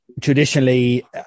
traditionally